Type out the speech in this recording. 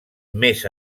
més